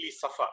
suffer